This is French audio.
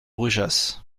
brugheas